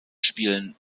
spielen